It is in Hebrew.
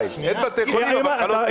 יש בתי חולים עם חלות לקידוש.